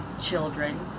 children